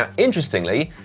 ah interestingly,